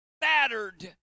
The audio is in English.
battered